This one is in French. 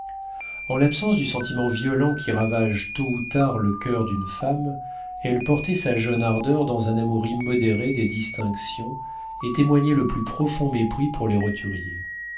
en l'absence du sentiment violent qui ravage tôt ou tard le coeur d'une femme elle portait sa jeune ardeur dans un amour immodéré des distinctions et témoignait le plus profond mépris pour les roturiers